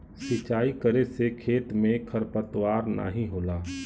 सिंचाई करे से खेत में खरपतवार नाहीं होला